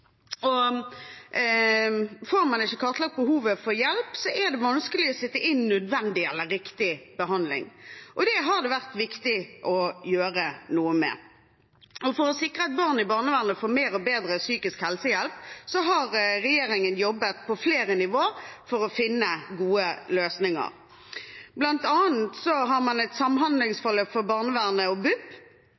og får man ikke kartlagt behovet for hjelp, er det vanskelig å sette inn nødvendig eller riktig behandling. Det har det vært viktig å gjøre noe med. For å sikre at barn i barnevernet får mer og bedre psykisk helse-hjelp har regjeringen jobbet på flere nivå for å finne gode løsninger. Blant annet har man et samhandlingsforløp for barnevernet og BUP,